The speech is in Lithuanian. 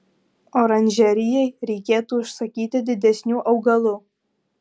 oranžerijai reikėtų užsakyti didesnių augalų